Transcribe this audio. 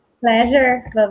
Pleasure